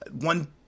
One